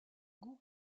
goût